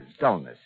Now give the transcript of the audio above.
dullness